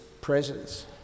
presence